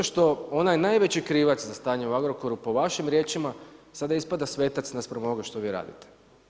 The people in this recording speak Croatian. Zato što onaj najveći krivac za stanje u Agrokoru, po vašim riječima, sada ispada svetac naspram ovoga što vi radite.